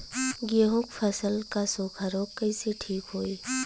गेहूँक फसल क सूखा ऱोग कईसे ठीक होई?